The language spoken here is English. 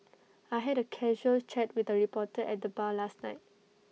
I had A casual chat with A reporter at the bar last night